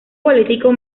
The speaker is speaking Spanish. político